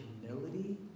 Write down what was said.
humility